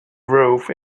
roof